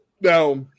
Now